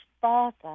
father